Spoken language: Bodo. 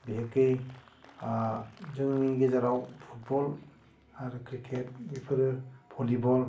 बिहेखे जोंनि गेजेराव फुटबल आरो क्रिकेट बेफोरो भलिबल